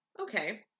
Okay